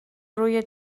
روی